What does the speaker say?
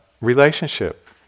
relationship